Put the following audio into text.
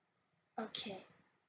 okay